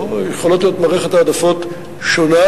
יכולה להיות מערכת העדפות שונה,